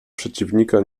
przeciwnika